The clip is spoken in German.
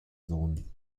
sohn